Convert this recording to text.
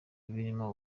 birimo